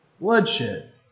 bloodshed